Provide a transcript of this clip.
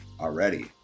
already